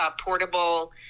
portable